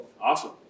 Awesome